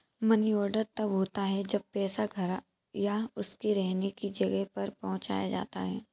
money order तब होता है जब पैसा घर या उसके रहने की जगह पर पहुंचाया जाता है